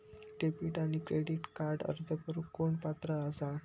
Debit आणि credit कार्डक अर्ज करुक कोण पात्र आसा?